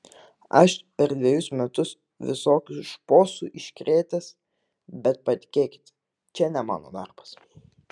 aš per dvejus metus visokių šposų iškrėtęs bet patikėkit čia ne mano darbas